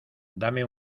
dame